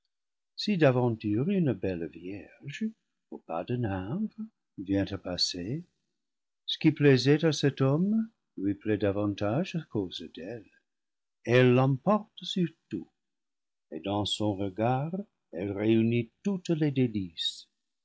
si d'aventure une belle vierge au pas de nymphe vient à passer ce qui plaisait à cet homme lui plaît davantage à cause d'elle elle l'emporte sur tout et dans son regard elle réunit toutes les délices